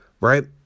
right